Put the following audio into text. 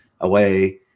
away